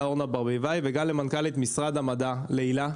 אורנה ברביבאי ולמנכ"לית משרד המדע להילה,